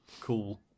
cool